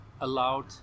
allowed